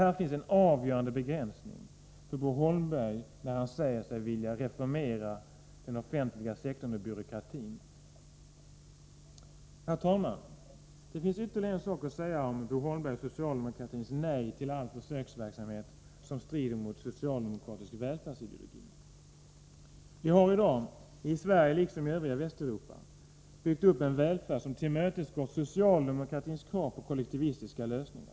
Här finns en avgörande begränsning för Bo Holmberg när han säger sig vilja reformera den offentliga sektorn och minska byråkratin. Herr talman! Det finns ytterligare en sak att säga om Bo Holmbergs och socialdemokratins nej till all försöksverksamhet som strider mot socialdemokratisk välfärdsideologi. Vi har i dag i Sverige byggt upp — liksom man gjort i det övriga Västeuropa — en välfärd som tillmötesgår socialdemokratins krav på kollektivistiska lösningar.